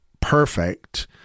perfect